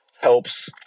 helps